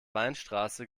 weinstraße